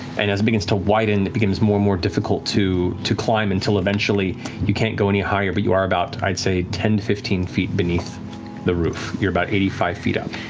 and as it begins to widen, it becomes more and more difficult to to climb until eventually you can't go any higher, but you are about i'd say ten, fifteen feet beneath the roof. you're about eighty five feet up.